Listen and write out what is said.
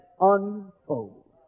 unfold